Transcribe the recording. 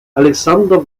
alexander